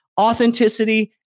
authenticity